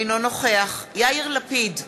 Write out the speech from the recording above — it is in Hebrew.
אינו נוכח יאיר לפיד,